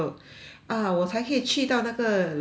ah 我才可以去到那个 lobby mah